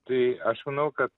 tai aš manau ka